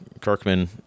Kirkman